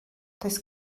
does